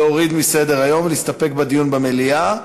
להוריד מסדר-היום ולהסתפק בדיון במליאה,